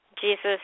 Jesus